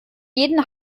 jeden